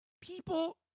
people